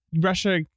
Russia